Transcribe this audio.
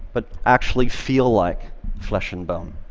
but actually feel like flesh and bone.